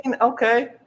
Okay